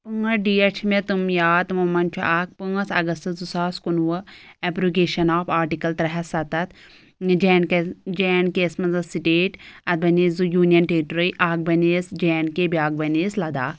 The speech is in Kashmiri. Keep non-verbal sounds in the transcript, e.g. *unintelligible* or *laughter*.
*unintelligible* ڈِیَٹ چھِ مےٚ تِم یاد تِمو منٛز چھُ اَکھ پٲنٛژھ اَگسٹ زٕ ساس کُنوُہ اَیبرُوگَیٚشَن آف آرٹِکل ترٛےٚ ہَتھ سَتَتھ J and K J and K یَس منٛز ٲس سٹَیٹ اَتھ بَنے زٕ یوٗنِیَن ٹَیرِیٹَرِی اَکھ بَنے یَس جے اَیٚنڈ کے بیٛاکھ بَنَے یَس لَدَاخ